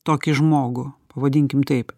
tokį žmogų pavadinkim taip